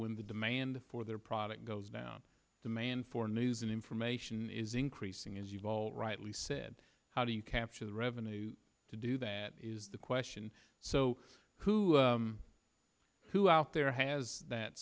when the demand for their product goes down demand for news and information is increasing as you've all rightly said how do you capture the revenue to do that is the question so who who out there has that